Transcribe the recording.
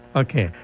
okay